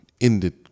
ended